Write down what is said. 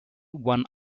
one